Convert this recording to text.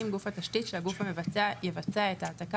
גוף התשתית שהגוף המבצע יבצע את ההעתקה,